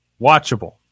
Watchable